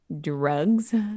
drugs